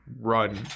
run